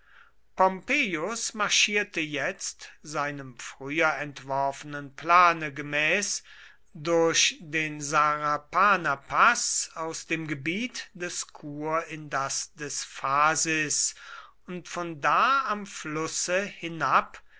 pompeius marschierte jetzt seinem früher entworfenen plane gemäß durch den sarapanapaß aus dem gebiet des kur in das des phasis und von da am flusse hinab